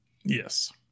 Yes